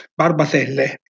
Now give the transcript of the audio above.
Barbatelle